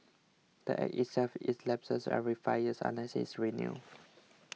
the Act itself is lapses every five years unless it's renewed